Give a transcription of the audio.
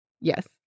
Yes